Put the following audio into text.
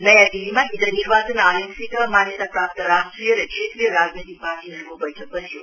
नयाँ दिल्लीमा हिज निर्वाचन आयोगसित मान्यताप्राप्त राष्ट्रिय र क्षेत्रिय राजनैतिक पार्टीहरुको वैठक बस्यो